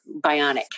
bionic